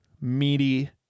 Meaty